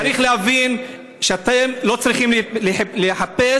צריך להבין שאתם לא צריכים להיחפז.